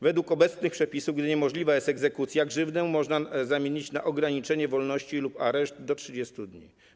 Według obecnych przepisów, gdy niemożliwa jest egzekucja, grzywnę można zamienić na ograniczenie wolności lub areszt do 30 dni.